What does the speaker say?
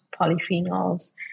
polyphenols